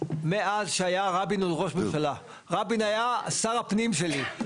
מאז שהיה רבין ראש הממשלה, רבין היה שר הפנים שלי,